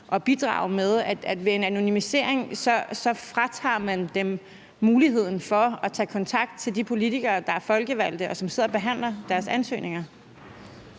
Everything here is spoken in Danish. altså at man ved anonymiseringen fratager dem muligheden for at tage kontakt til de politikere, der er folkevalgte, og som sidder og behandler deres ansøgninger?